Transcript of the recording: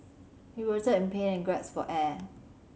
he in pain and gasped for air